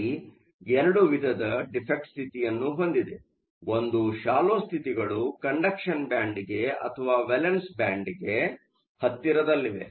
ಅಲ್ಲಿ 2 ವಿಧದ ಡಿಫೆ಼ಕ್ಟ್ಸ್ಥಿತಿಯನ್ನು ಹೊಂದಿದೆ ಒಂದು ಶಾಲ್ಲೋ ಸ್ಥಿತಿಗಳು ಕಂಡಕ್ಷನ್ ಬ್ಯಾಂಡ್ಗೆ ಅಥವಾ ವೇಲೆನ್ಸ್ ಬ್ಯಾಂಡ್ಗೆ ಹತ್ತಿರದಲ್ಲಿವೆ